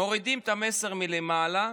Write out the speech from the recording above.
מורידים את המסר מלמעלה.